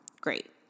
Great